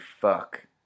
fuck